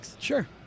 Sure